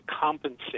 compensate